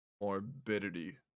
morbidity